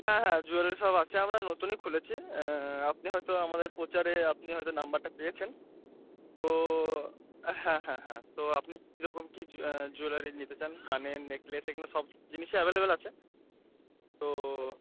হ্যাঁ হ্যাঁ jewellery shop আছে আমরা নতুনই খুলেছি আপনি হয়তো আমাদের প্রচারে আপনি হয়তো নাম্বারটা পেয়েছেন তো হ্যাঁ হ্যাঁ হ্যাঁ তো আপনি কীরকম কী জু জুয়েলারি নিতে চান কানের নেকলেস এখানে সব জিনিসই অ্যাভেলেবল আছে তো